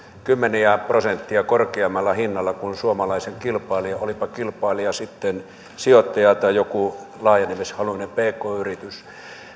kymmeniä prosentteja korkeammalla hinnalla kuin suomalaisen kilpailijan olipa kilpailija sitten sijoittaja tai joku laajenemishaluinen pk yritys